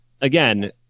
again